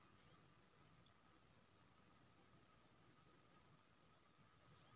मध्य भारतक मध्य प्रदेश मे सबसँ बेसी बाँस उपजाएल जाइ छै